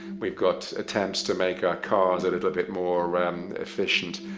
we've got attempts to make our cars a little bit more efficient.